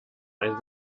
mein